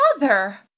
father